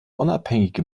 unabhängige